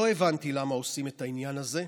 לא הבנתי למה עושים את העניין הזה.